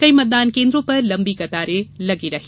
कई मतदान केन्द्रों पर लंबी कतारें लगी रहीं